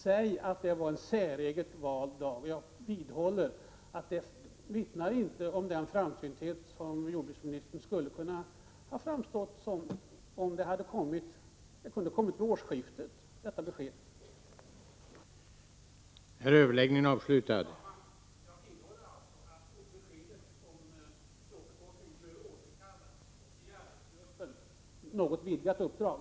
Säg sedan att det inte var en säreget vald dag! Jag vidhåller att detta inte vittnar om den framsynthet som jordbruksministern skulle ha kunnat visa om beskedet hade kommit vid årsskiftet. Jag vidhåller också att förbudet mot stråförkortningsmedel bör återkallas. Och ge arbetsgruppen ett något vidgat uppdrag!